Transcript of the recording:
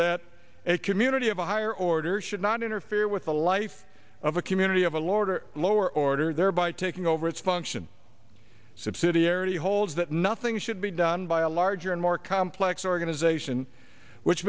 that a community of a higher order should not interfere with the life of a community of a lord or lower order thereby taking over its function subsidiarity holds that nothing should be done by a larger and more complex organization which